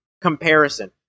comparison